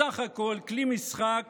הוא בסך הכול כלי משחק